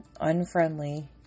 unfriendly